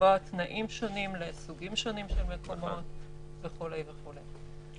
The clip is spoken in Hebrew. לקבוע תנאים שונים לסוגים שונים של מקומות וכו' וכו'.